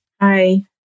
Hi